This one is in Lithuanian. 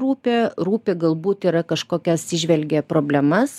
rūpi rūpi galbūt yra kažkokias įžvelgia problemas